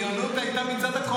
בריונות הייתה מצד הקואליציה.